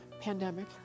pandemic